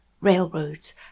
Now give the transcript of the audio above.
railroads